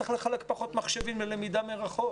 צריך לחלק פחות מחשבים ללמידה מרחוק.